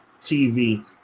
tv